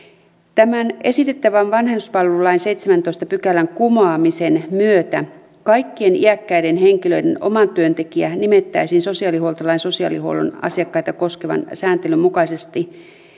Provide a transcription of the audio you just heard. tämän esitettävän vanhuspalvelulain seitsemännentoista pykälän kumoamisen myötä kaikkien iäkkäiden henkilöiden omatyöntekijä nimettäisiin sosiaalihuoltolain sosiaalihuollon asiakkaita koskevan sääntelyn mukaisesti